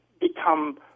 become